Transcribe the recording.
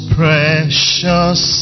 precious